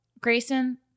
Grayson